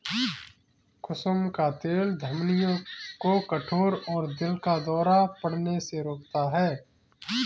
कुसुम का तेल धमनियों को कठोर और दिल का दौरा पड़ने से रोकता है